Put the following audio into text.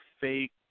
fake